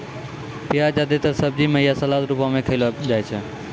प्याज जादेतर सब्जी म या सलाद क रूपो म खयलो जाय छै